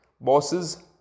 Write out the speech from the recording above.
bosses